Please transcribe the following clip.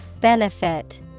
Benefit